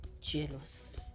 Jealous